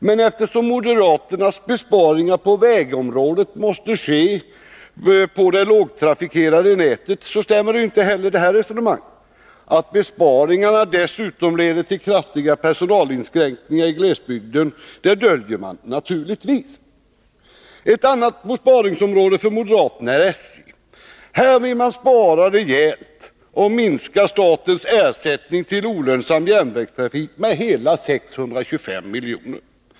Men eftersom moderaternas besparingar på vägområdet måste ske på det lågtrafikerade nätet stämmer inte heller det resonemanget. Att besparingarna dessutom leder till kraftiga personalinskränkningar i glesbygden döljer man naturligtvis. Ett annat besparingsområde för moderaterna är SJ. Här vill man spara rejält och minska statens ersättning till olönsam järnvägstrafik med hela 625 miljoner.